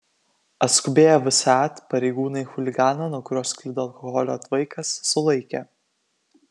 atskubėję vsat pareigūnai chuliganą nuo kurio sklido alkoholio tvaikas sulaikė